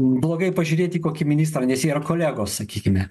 blogai pažiūrėt į kokį ministrą nes jie yra kolegos sakykime